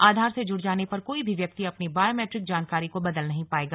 आधार से जुड़ जाने पर कोई भी व्याक्ति अपनी बायोमेट्रिक जानकारी को बदल नहीं पाएगा